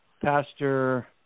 Pastor